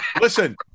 Listen